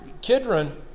Kidron